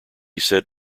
said